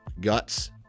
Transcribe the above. guts